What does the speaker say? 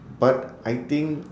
but I think